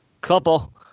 couple